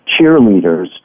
cheerleaders